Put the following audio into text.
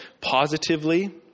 positively